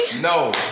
No